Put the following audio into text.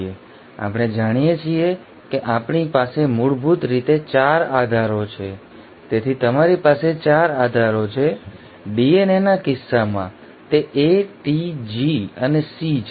હવે આપણે જાણીએ છીએ કે આપણી પાસે મૂળભૂત રીતે 4 આધારો છે તેથી તમારી પાસે 4 આધારો છે DNAના કિસ્સામાં તે A T G અને C છે